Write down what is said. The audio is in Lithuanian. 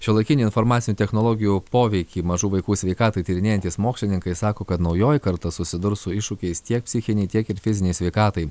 šiuolaikinių informacinių technologijų poveikį mažų vaikų sveikatai tyrinėjantys mokslininkai sako kad naujoji karta susidurs su iššūkiais tiek psichinei tiek ir fizinei sveikatai